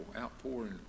outpouring